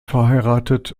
verheiratet